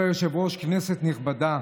כבוד היושב-ראש, כנסת נכבדה,